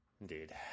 Indeed